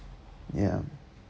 ya